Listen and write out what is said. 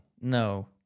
No